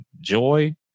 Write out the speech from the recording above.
joy